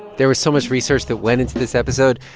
there was so much research that went into this episode.